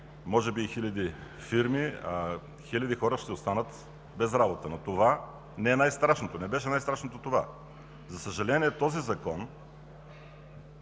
може би хиляди фирми, а хиляди хора ще останат без работа. Но това не е най-страшното, не беше най-страшното това. За съжаление, този закон